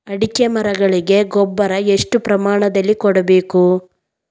ಅಡಿಕೆ ಮರಗಳಿಗೆ ಗೊಬ್ಬರ ಎಷ್ಟು ಪ್ರಮಾಣದಲ್ಲಿ ಕೊಡಬೇಕು?